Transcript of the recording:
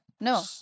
No